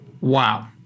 Wow